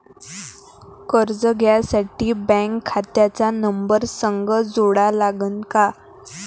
कर्ज घ्यासाठी बँक खात्याचा नंबर संग जोडा लागन का?